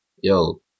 Yo